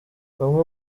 bamwe